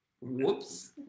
Whoops